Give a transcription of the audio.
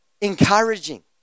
encouraging